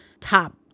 top